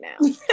now